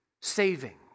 saving